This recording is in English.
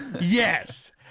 Yes